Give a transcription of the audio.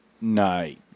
night